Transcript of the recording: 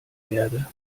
werde